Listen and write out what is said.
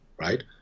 right